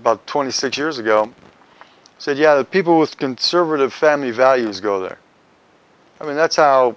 about twenty six years ago so yeah people with conservative family values go there i mean that's how